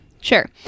Sure